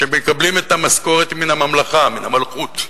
שמקבלים את המשכורת מן הממלכה, מן המלכות.